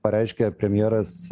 pareiškė premjeras